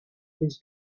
his